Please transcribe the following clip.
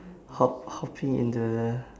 hop hopping in the